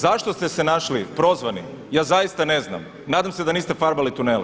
Zašto ste se našli prozvanim, ja zaista ne znam, nadam se da niste farbali tunele.